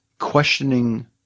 questioning